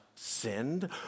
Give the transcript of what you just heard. sinned